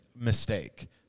mistake